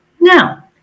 Now